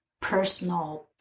personal